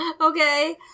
Okay